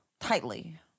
tightly